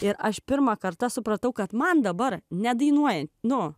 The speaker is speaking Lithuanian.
ir aš pirmą kartą supratau kad man dabar nedainuoji nu